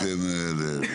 סעיפים 57-62 ו-65,